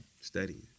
Studying